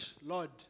Lord